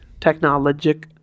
Technologic